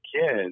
kids